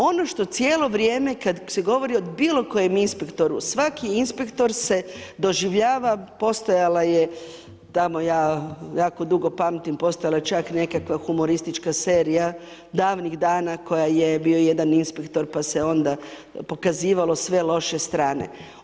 Ono što cijelo vrijeme kad se govori o bilokojem inspektoru, svaki inspektor se doživljava, postojala je tamo, ja jaku dugo pamtim, postojala je čak neka humoristična serija davnih dana koja je, bio je jedan inspektor pa se onda pokazivalo sve loše strane.